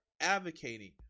advocating